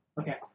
Okay